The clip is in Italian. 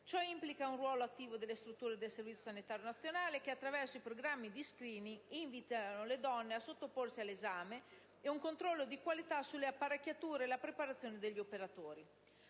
Ciò implica un ruolo attivo delle strutture del Servizio sanitario nazionale, che, attraverso i programmi di *screening*, invitano le donne a sottoporsi all'esame, e un controllo di qualità sulle apparecchiature e la preparazione degli operatori.